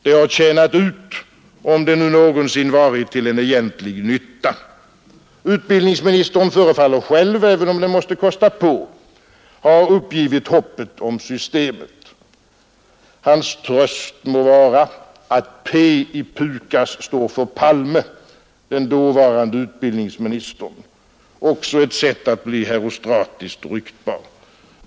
Det har tjänat ut, om det nu någonsin varit till en egentlig nytta. Utbildningsministern förefaller själv — även om det måste kosta på — ha uppgivit hoppet om systemet. Hans tröst må vara att Pi PUKAS står för Palme, den dåvarande utbildningsministern — också ett sätt att bli herostratiskt ryktbar.